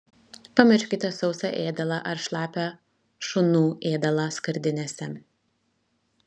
pamirškite sausą ėdalą ar šlapią šunų ėdalą skardinėse